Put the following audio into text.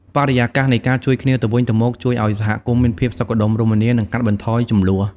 បរិយាកាសនៃការជួយគ្នាទៅវិញទៅមកជួយឲ្យសហគមន៍មានភាពសុខដុមរមនា និងកាត់បន្ថយជម្លោះ។